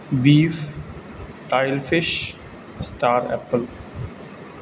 beef oil fish star apple